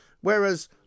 Whereas